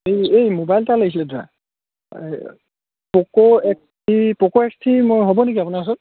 এই এই ম'বাইল এটা লাগিছিলে দাদা Poco X three Poco X three মই হ'ব নেকি আপোনাৰ ওচৰত